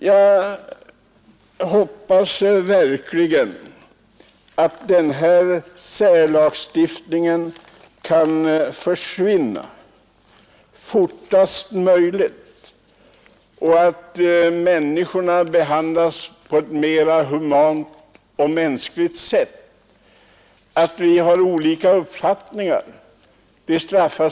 Jag hoppas verkligen att denna särlagstiftning försvinner fortast möjligt och att de människor det här rör sig om sedan behandlas på ett mer humant sätt. Vi straffas ju annars inte för att vi har olika uppfattningar.